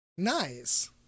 Nice